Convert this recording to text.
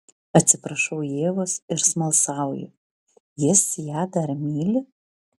atsiprašau ievos ir smalsauju jis ją dar myli